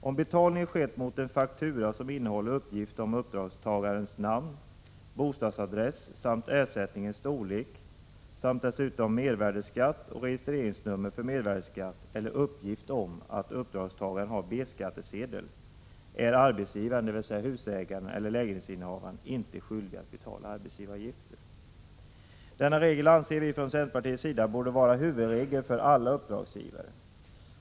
Om betalning skett mot en faktura, som innehåller uppgift om uppdragstagarens namn, bostadsadress samt ersättningens storlek och dessutom mervärdeskatt och registreringsnummer för mervärdeskatt eller uppgift om att uppdragstagaren har B-skattsedel, är arbetsgivaren, dvs. husägaren eller lägenhetsinnehavaren, inte skyldig att betala arbetsgivaravgifter. Denna regel anser vi från centerpartiets sida borde vara huvudregel för alla uppdragsgivare.